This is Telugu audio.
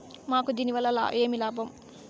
మాకు దీనివల్ల ఏమి లాభం